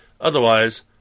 otherwise